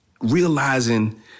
realizing